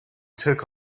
took